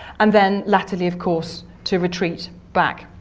and then latterly of course to retreat back.